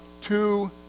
two